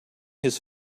his